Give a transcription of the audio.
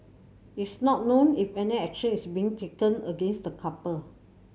it's not known if any action is being taken against the couple